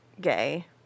gay